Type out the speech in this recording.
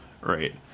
right